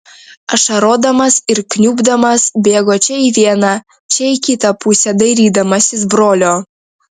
ašarodamas ir kniubdamas bėgo čia į vieną čia į kitą pusę dairydamasis brolio